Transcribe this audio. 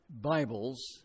Bibles